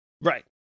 Right